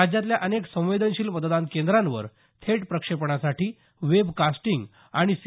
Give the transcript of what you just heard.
राज्यातल्या अनेक संवेदनशील मतदान केंद्रांवर थेट प्रक्षेपणासाठी वेब कास्टिंग आणि सी